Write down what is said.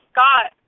Scott